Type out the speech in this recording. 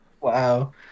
Wow